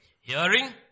Hearing